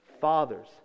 Fathers